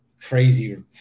crazy